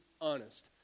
honest